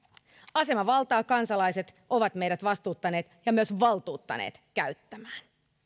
asemavaltaa kansalaiset ovat meidät vastuuttaneet ja myös valtuuttaneet käyttämään